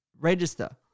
register